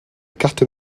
carte